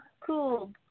Cool